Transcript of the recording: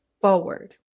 forward